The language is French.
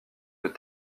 des